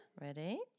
Ready